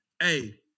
hey